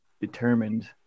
determined